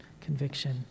conviction